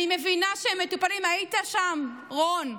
אני מבינה שהם מטופלים, היית שם, רון.